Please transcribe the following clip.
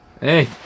hey